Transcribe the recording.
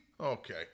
Okay